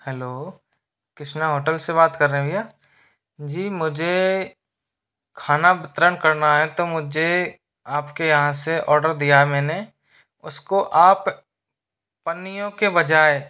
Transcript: hello Krishna hotel से बात कर रहे है भैया जी मुझे खाना वितरण करना है तो मुझे आपके यहाँ से ऑर्डर दिया है मैंने उसको आप पन्नियों के बजाय